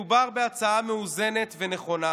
מדובר בהצעה מאוזנת ונכונה,